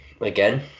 again